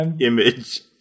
image